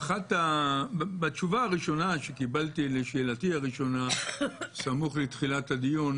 בתשובה הראשונה שקיבלתי לשאלתי הראשונה סמוך לתחילת הדיון,